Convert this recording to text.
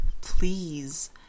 please